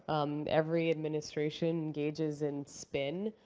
every administration engages in spin,